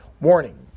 Warning